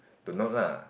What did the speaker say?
to note lah